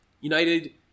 United